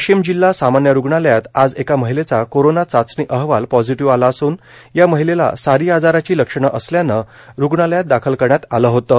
वाशिम जिल्हा सामान्य रुग्णालयात आज एका महिलेचा कोरोना चाचणी अहवाल पॉझिटिव्ह आला असून या महिलेला सारी आजाराची लक्षणं असल्यानं रुग्णालयात दाखल करण्यात आलं होतं